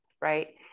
Right